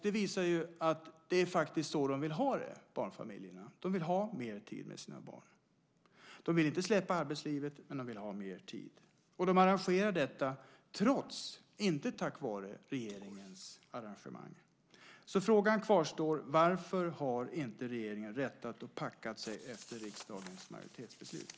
Det visar ju att det faktiskt är så barnfamiljerna vill ha det. De vill ha mer tid med sina barn. De vill inte släppa arbetslivet, men de vill ha mer tid. De arrangerar detta trots, inte tack vare, regeringens arrangemang. Frågan kvarstår: Varför har inte regeringen rättat och packat sig efter riksdagens majoritetsbeslut?